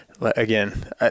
again